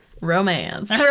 romance